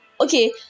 Okay